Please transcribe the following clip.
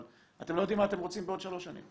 אבל אתם לא יודעים מה אתם רוצים בעוד שלוש שנים.